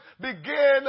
begin